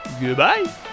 goodbye